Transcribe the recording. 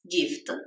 gift